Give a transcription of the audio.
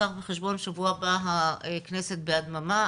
קח בחשבון ששבוע הבא הכנסת בהדממה,